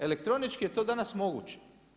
Elektronički je to danas moguće.